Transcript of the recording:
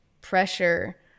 pressure